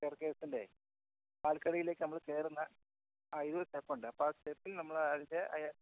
സ്റ്റെയർകേസിൻ്റെ പാൽക്കടയിലേക്ക് നമ്മൾ കയറുന്ന ആ സ്റ്റെപ്പുണ്ട് അപ്പം ആ സ്റ്റെപ്പിൽ നമ്മൾ അതിൻ്റെ